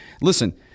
Listen